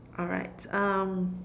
alright um